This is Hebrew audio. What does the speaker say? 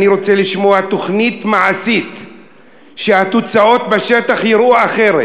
אני רוצה לשמוע תוכנית מעשית שהתוצאות בשטח ייראו אחרת,